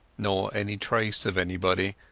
nor any trace of anybody,